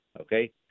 okay